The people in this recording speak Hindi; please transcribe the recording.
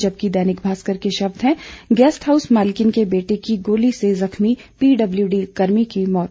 जबकि दैनिक भास्कर के शब्द हैं गेस्ट हाउस मालकिन के बेटे की गोली से जख्मी पीडब्ल्यूडी कर्मी की मौत